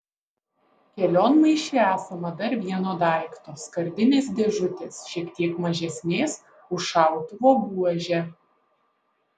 kelionmaišyje esama dar vieno daikto skardinės dėžutės šiek tiek mažesnės už šautuvo buožę